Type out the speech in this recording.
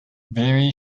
very